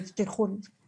למרות שהבטיחו לי לדבר.